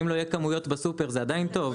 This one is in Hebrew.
ואם לא יהיו כמויות בסופר זה עדיין טוב?